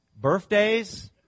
Birthdays